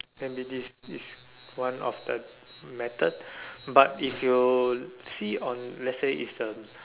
and be this this one of the method but if you see on let's say it's the